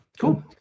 Cool